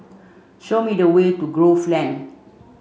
show me the way to Grove Lane